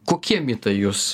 kokie mitai jus